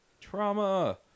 Trauma